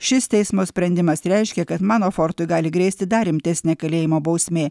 šis teismo sprendimas reiškia kad manafortui gali grėsti dar rimtesnė kalėjimo bausmė